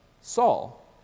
Saul